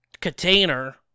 container